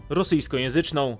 rosyjskojęzyczną